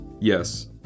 Yes